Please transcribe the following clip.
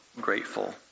grateful